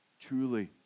truly